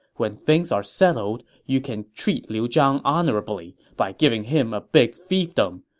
when things are settled, you can treat liu zhang honorably by giving him a big fiefdom.